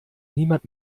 niemand